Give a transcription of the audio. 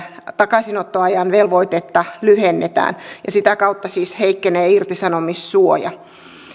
takaisinottoajan velvoitetta lyhennetään ja sitä kautta siis heikkenee irtisanomissuoja